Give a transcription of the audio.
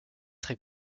très